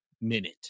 minute